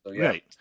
Right